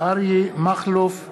אריה מכלוף דרעי,